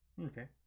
Okay